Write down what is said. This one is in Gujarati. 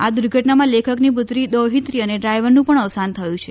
આ દુર્ધટનામાં લેખકની પુત્રી દૌહિત્રી અને ડ્રાઈવરનું પણ અવસાન થયું છે